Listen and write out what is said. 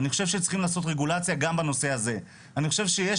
אני חושב שצריכים לעשות רגולציה גם בנושא הזה.